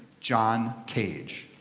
john cage.